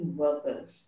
workers